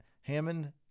Hammond